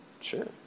Sure